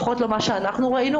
לפחות ממה שאנחנו ראינו.